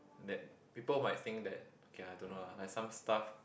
that people might think that okay lah I don't know lah like some stuff